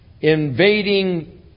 invading